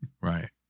right